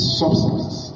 substance